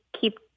keep